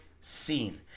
seen